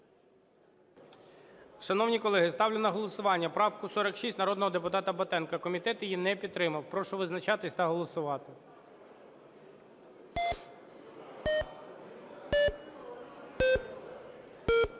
Шановні колеги, ставлю на голосування правку 46, народного депутата Батенка. Комітет її не підтримав. Прошу визначатись та голосувати.